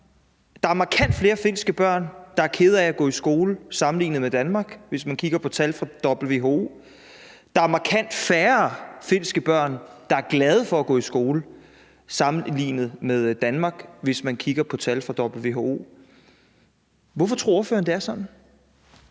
Der er markant flere finske børn, der er kede af at gå i skole, sammenlignet med Danmark, hvis man kigger på tal fra WHO. Der er markant færre finske børn, der er glade for at gå i skole, sammenlignet med Danmark, hvis man kigger på tal fra WHO. Hvorfor tror ordføreren det er sådan?